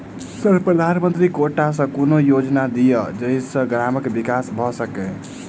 Sir प्रधानमंत्री quota सऽ कोनो योजना दिय जै सऽ ग्रामक विकास भऽ सकै?